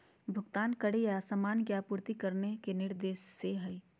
भुगतान करे या सामान की आपूर्ति करने के निर्देश दे हइ